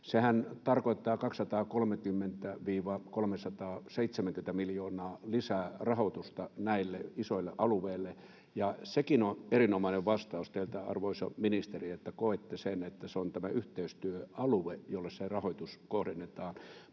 Sehän tarkoittaa 230—370 miljoonaa lisää rahoitusta näille isoille alueille. Sekin on erinomainen vastaus teiltä, arvoisa ministeri, että koette niin, että se on tämä yhteistyöalue, jolle se rahoitus kohdennetaan.